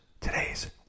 today's